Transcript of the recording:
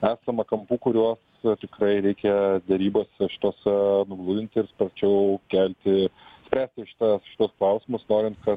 esama kampų kuriuos tikrai reikia derybas šitose nugludinti ir sparčiau kelti spręsti šitas šituos klausimus norint kad